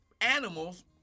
animals